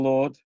Lord